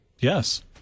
Yes